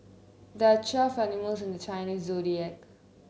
there are twelve animals in the Chinese Zodiac